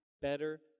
better